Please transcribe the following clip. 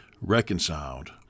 reconciled